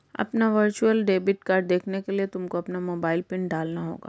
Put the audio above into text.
अपना virtual debit card देखने के लिए तुमको अपना मोबाइल पिन डालना होगा